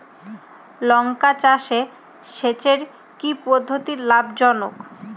লঙ্কা চাষে সেচের কি পদ্ধতি লাভ জনক?